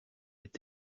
est